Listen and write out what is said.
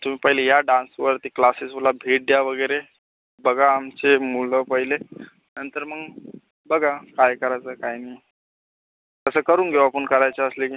तुम्ही पहिले या डान्सवरती क्लासेसला भेट द्या वगैरे बघा आमचे मुलं पहिले नंतर मग बघा काय कराचं काय नाही असं करून घेऊ आपण करायचं असलं की